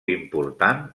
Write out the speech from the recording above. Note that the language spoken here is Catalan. important